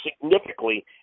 significantly